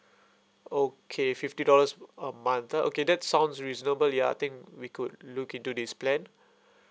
okay fifty dollars a a month ah okay that sounds reasonable ya I think we could look into this plan